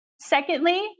Secondly